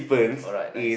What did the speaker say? alright nice